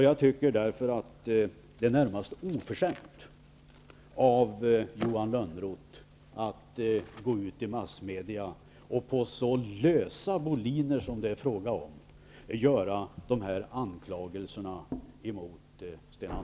Jag tycker därför att det är närmast oförskämt av Johan Lönnroth att gå ut i massmedia och på så lösa boliner som det är fråga om framföra dessa anklagelser mot Sten